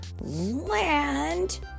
land